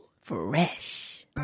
Fresh